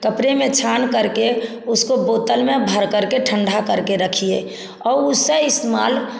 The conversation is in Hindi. कपड़े में छान करके उसको बोतल में भरकर के ठंडा करके रखिए और उसे इस्तेमाल